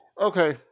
Okay